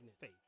faith